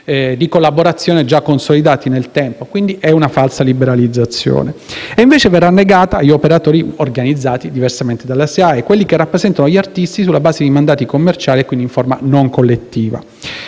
di collaborazione già consolidati nel tempo. Si tratta, quindi, di una falsa liberalizzazione. L'opportunità verrà invece negata agli operatori organizzati diversamente dalla SIAE, quelli che rappresentano gli artisti sulla base di mandati commerciali e, quindi, in forma non collettiva,